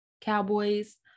cowboys